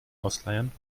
ausleihen